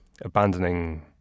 abandoning